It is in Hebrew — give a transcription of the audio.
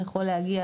יכול להגיע,